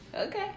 okay